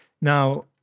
Now